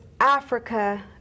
Africa